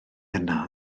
yna